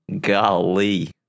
Golly